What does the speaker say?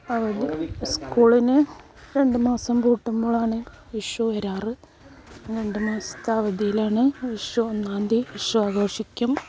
അവധി സ്കൂളിന് രണ്ടുമാസം പൂട്ടുമ്പോഴാണ് വിഷു വരാറ് രണ്ടുമാസത്തെ അവധിയിലാണ് വിഷു ഒന്നാം തീയ്യതി വിഷു ആഘോഷിക്കും